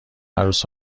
عروس